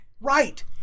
right